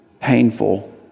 painful